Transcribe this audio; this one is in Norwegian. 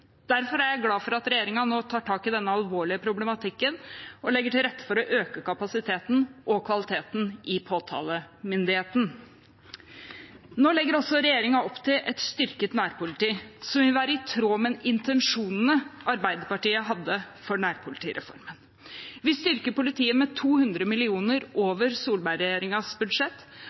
Derfor er jeg glad for at regjeringen nå tar tak i denne alvorlige problematikken og legger til rette for å øke kapasiteten og kvaliteten i påtalemyndigheten. Nå legger også regjeringen opp til et styrket nærpoliti, som vil være i tråd med intensjonene Arbeiderpartiet hadde for nærpolitireformen. Vi styrker politiet med 200 mill. kr over Solberg-regjeringens budsjett,